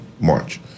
March